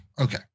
okay